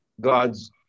God's